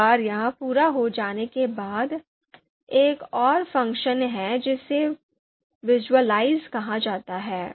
एक बार यह पूरा हो जाने के बाद एक और फंक्शन है जिसे विज़ुअलाइज़ कहा जाता है